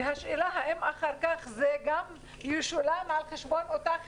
והשאלה האם זה אחר כך גם ישולם על חשבון אותה חברה,